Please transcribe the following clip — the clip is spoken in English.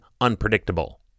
unpredictable